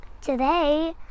today